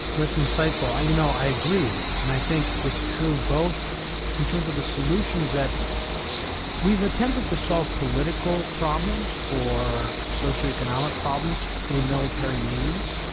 that's insightful. i you know i agree and i think it's true, both in terms of the solutions that we've attempted to solve political problems or socioeconomic problems through military means,